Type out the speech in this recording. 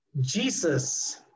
Jesus